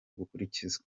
gukurikizwa